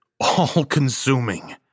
all-consuming